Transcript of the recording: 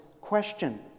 question